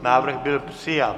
Návrh byl přijat.